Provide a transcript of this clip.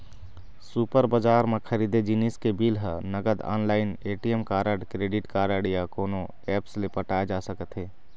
super बजार म खरीदे जिनिस के बिल ह नगद, online, ATM card, credit card या कोनो ऐप्स ले पटाए जा सकत हे